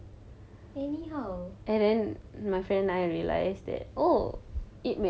anyhow